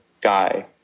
guy